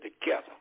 together